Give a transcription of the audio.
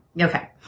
Okay